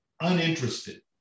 uninterested